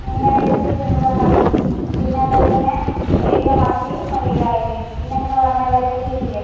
എങ്ങനെ റേറ്റ് വെച്ച് നിങ്ങള് പറഞ്ഞാൽ മതി പിന്നെ അതുപോലത്തന്നെ ഒരു കിലോ മത്തിയും ഒരു കിലോ അയലയും പിന്നെ നിങ്ങള് പറഞ്ഞ വെട്ടർ ഫിഷ് ഇല്ലേ